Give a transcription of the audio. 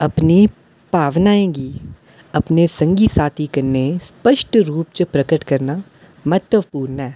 अपनी भावनाएं गी अपने संगी साथी कन्नै स्पश्ट रूप च प्रकट करना म्ह्त्तवपूर्ण ऐ